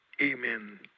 amen